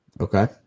Okay